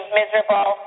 miserable